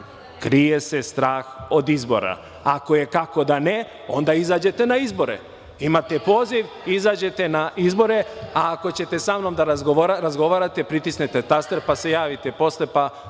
Pernat: Kako da ne.)Ako je – kako da ne, onda izađete na izbore. Imate poziv, izađete na izbore.A ako hoćete sa mnom da razgovarate, pritisnite taster, pa se javite posle pa